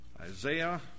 Isaiah